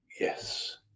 Yes